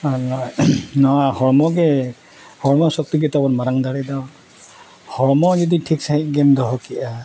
ᱟᱨ ᱱᱚᱣᱟ ᱦᱚᱲᱢᱚ ᱜᱮ ᱦᱚᱲᱢᱚ ᱥᱚᱠᱛᱤ ᱜᱮᱛᱟᱵᱚᱱ ᱢᱟᱨᱟᱝ ᱫᱟᱲᱮ ᱫᱚ ᱦᱚᱲᱢᱚ ᱡᱩᱫᱤ ᱴᱷᱤᱠ ᱥᱟᱺᱦᱤᱡ ᱜᱮᱢ ᱫᱚᱦᱚ ᱠᱮᱫᱼᱟ